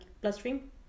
bloodstream